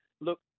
Look